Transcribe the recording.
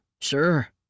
sure